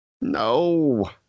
No